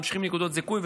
ממשיכים נקודות זיכוי,